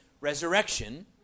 resurrection